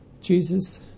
Jesus